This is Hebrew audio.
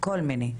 כל מיני.